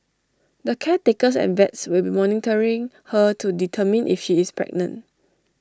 the caretakers and vets will be monitoring her to determine if she is pregnant